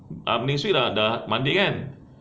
ah next week monday kan